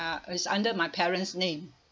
is under my parents' name